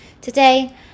Today